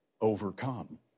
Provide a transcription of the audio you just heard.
overcome